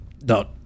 no